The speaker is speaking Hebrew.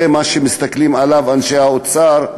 זה מה שמסתכלים עליו אנשי האוצר,